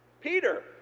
Peter